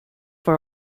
for